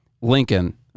Lincoln